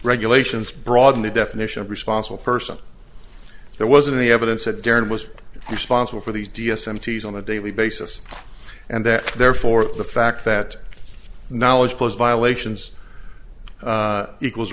regulations broaden the definition of responsible person there wasn't any evidence that garrett was responsible for these d s m teas on a daily basis and that therefore the fact that knowledge posed violations equals